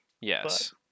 Yes